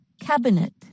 Cabinet